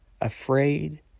afraid